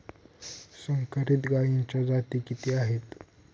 संकरित गायीच्या जाती किती आहेत?